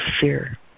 fear